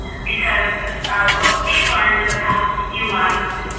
because what we've learned in the past few months,